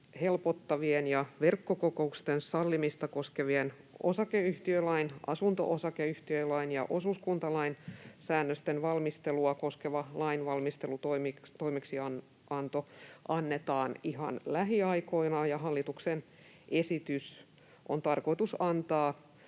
helpottavien ja verkkokokousten sallimista koskevien osakeyhtiölain, asunto-osakeyhtiölain ja osuuskuntalain säännösten valmistelua koskeva lainvalmistelutoimeksianto annetaan ihan lähiaikoina, ja hallituksen esitys on tarkoitus antaa